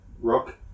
Rook